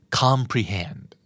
comprehend